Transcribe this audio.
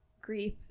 grief